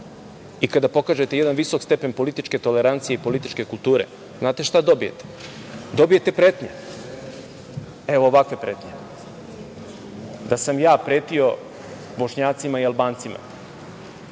i kada pokažete jedan visok stepen političke tolerancije i političke kulture, znate šta dobijete? Dobijete pretnje. Evo ovakve pretnje, da sam ja pretio Bošnjacima i Albancima.